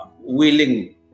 willing